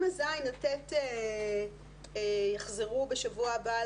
אם כיתות ט' יחזרו בשבוע הבא,